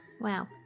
Wow